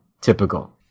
typical